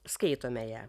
skaitome ją